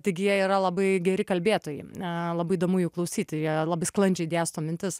taigi jie yra labai geri kalbėtojai labai įdomu jų klausyti ir jie labai sklandžiai dėsto mintis